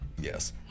yes